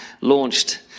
launched